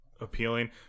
appealing